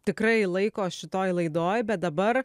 tikrai laiko šitoj laidoj bet dabar